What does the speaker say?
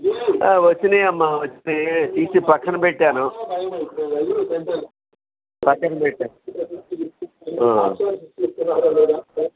వచ్చాయి అమ్మా వచ్చాయి తీసి పక్కన పెట్టాను పక్కన పెట్టాను